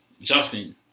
Justin